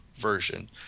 version